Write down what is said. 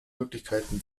möglichkeiten